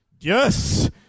Yes